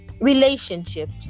relationships